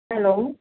hello